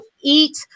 eat